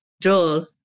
Joel